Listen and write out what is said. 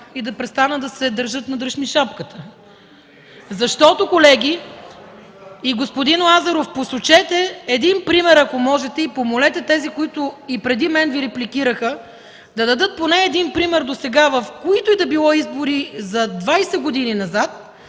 и да престанат да се държат – на дръж ми шапката. Защото, колеги, и господин Лазаров, посочете един пример, ако можете, и помолете тези, които Ви репликираха преди мен, да дадат поне един пример досега, в които и да било избори за 20 години назад,